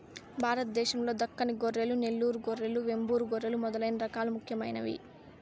భారతదేశం లో దక్కని గొర్రెలు, నెల్లూరు గొర్రెలు, వెంబూరు గొర్రెలు మొదలైన రకాలు ముఖ్యమైనవి